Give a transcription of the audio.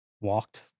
walked